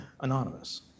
anonymous